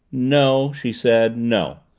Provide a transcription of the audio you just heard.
no, she said. no.